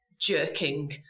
jerking